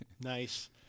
Nice